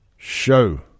show